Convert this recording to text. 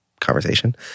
conversation